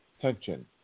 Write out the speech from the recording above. tension